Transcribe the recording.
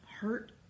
hurt